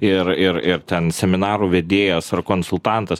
ir ir ir ten seminarų vedėjas ar konsultantas